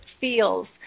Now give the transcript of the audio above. feels